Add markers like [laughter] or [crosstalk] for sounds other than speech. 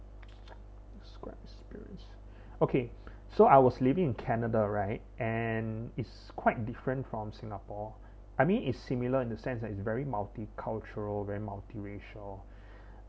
describe experience [breath] okay so I was living in canada right and it's quite different from singapore I mean is similar in the sense that it's very multicultural very multiracial [breath]